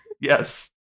Yes